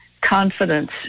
confidence